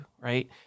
right